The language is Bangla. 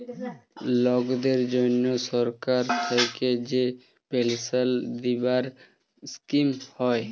লকদের জনহ সরকার থাক্যে যে পেলসাল দিবার স্কিম হ্যয়